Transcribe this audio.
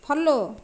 follow